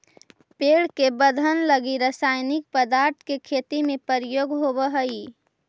पेड़ के वर्धन लगी रसायनिक पदार्थ के खेती में प्रयोग होवऽ हई